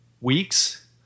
weeks